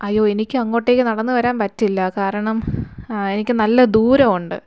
അയ്യോ എനിക്കങ്ങോട്ടേക്ക് നടന്നു വരാൻ പറ്റില്ല കാരണം എനിക്ക് നല്ല ദൂരമുണ്ട്